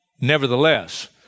Nevertheless